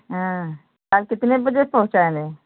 हाँ और कितने बजे पहुँचाने हैं